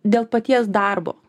dėl paties darbo